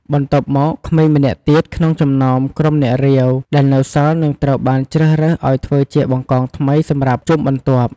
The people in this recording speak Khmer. បន្ទាប់មក ក្មេងម្នាក់ទៀតក្នុងចំណោម ក្រុម អ្នករាវ ដែលនៅសល់ នឹងត្រូវបានជ្រើសរើសឱ្យធ្វើជា បង្កង ថ្មីសម្រាប់ជុំបន្ទាប់។